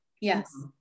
Yes